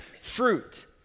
fruit